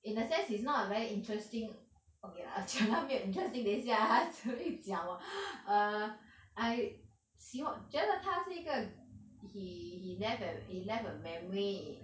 in a sense he is not a very interesting okay ah 讲到没有 interesting 等一下 ah 只会讲我 err I eh 我觉得他是一个 he he left at he left a memory in